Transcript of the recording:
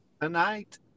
tonight